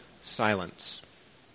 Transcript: silence